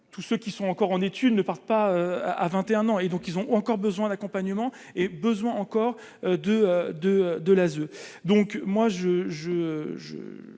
tous ceux qui sont encore en études ne partent pas à 21 ans, et donc ils ont encore besoin d'accompagnement et besoin encore. De de de l'ASE, donc moi je,